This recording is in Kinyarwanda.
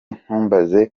ntumbaze